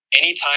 anytime